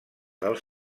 dels